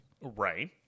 Right